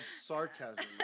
sarcasm